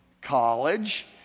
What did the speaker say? college